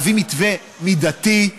להביא מתווה מידתי,